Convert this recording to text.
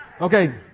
Okay